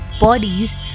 bodies